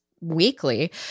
weekly